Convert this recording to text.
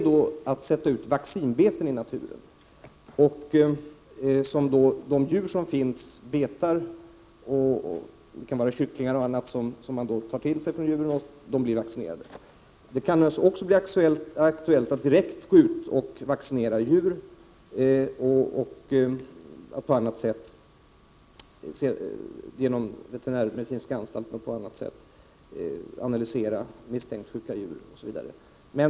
Den strategin går ut på att sätta ut vaccinbeten i naturen. Det kan också bli aktuellt att direkt vaccinera djur och att genom t.ex. veterinärmedicinska anstalten analysera misstänkt sjuka djur osv.